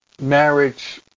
marriage